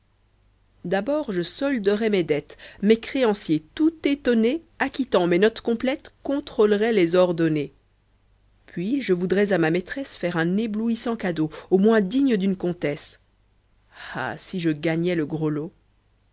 d'abord je solderais mes dettes mes créanciers tout étonnés acquittant mes notes complètes contrôleraient les ors donnés fuis je voudrais à ma maîtresse faire un éblouissant cadeau au moins digne d'une comtesse ah si je gagnais le gros lot